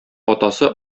атасы